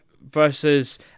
versus